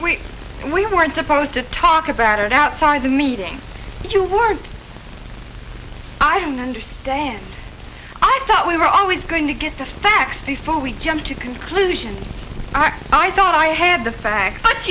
and we weren't supposed to talk about it outside the meeting and you weren't i don't understand i thought we were always going to get the facts before we jump to conclusions i thought i had the fact